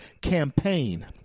campaign